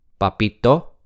Papito